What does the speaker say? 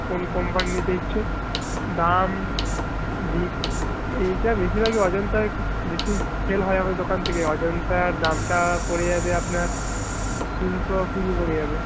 কোন কোম্পানি নিতে ইচ্ছুক দাম এইটা বেশিরভাগই অজন্তার বেশি সেল হয় দোকান থেকে অজন্তার দামটা পড়ে যাবে আপনার তিনশো কুড়ি পড়ে যাবে